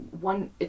one